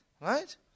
Right